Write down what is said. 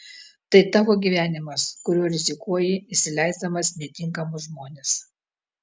tai tavo gyvenimas kuriuo rizikuoji įsileisdamas netinkamus žmones